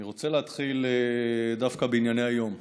אני רוצה להתחיל דווקא בענייני היום.